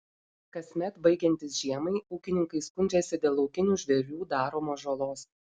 kasmet baigiantis žiemai ūkininkai skundžiasi dėl laukinių žvėrių daromos žalos